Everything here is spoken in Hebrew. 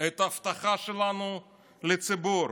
את ההבטחה שלנו לציבור.